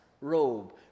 robe